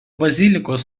bazilikos